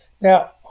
Now